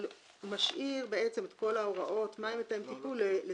אבל הוא משאיר את כל ההוראות לתקנות,